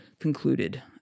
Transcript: concluded